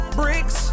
bricks